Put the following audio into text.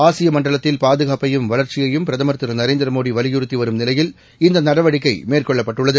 ஆசிய மண்டலத்தில் பாதுகாப்பையும் வளர்ச்சியையும் பிரதமர் திரு நரேந்திர மோடி வலியுறுத்தி வரும் நிலையில் இந்த நடவடிக்கை மேற்கொள்ளப்பட்டுள்ளது